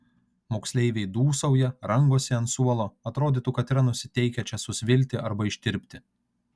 moksleiviai dūsauja rangosi ant suolo atrodytų kad yra nusiteikę čia susvilti arba ištirpti